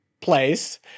place